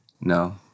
No